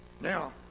Now